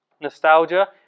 Nostalgia